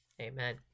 Amen